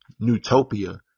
newtopia